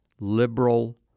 liberal